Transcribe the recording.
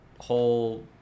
whole